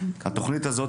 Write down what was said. התוכנית הזאת,